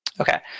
Okay